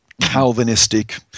Calvinistic